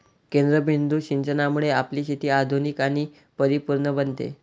केंद्रबिंदू सिंचनामुळे आपली शेती आधुनिक आणि परिपूर्ण बनते